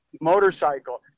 motorcycle